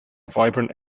vibrant